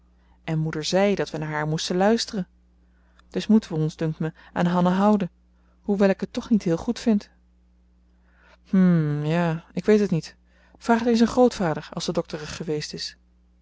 en moeder zei dat we naar haar moesten luisteren dus moeten we ons dunkt mij aan hanna houden hoewel ik het toch niet heel goed vind hm ja ik weet het niet vraag het eens aan grootvader als de dokter er geweest is